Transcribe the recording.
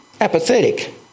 apathetic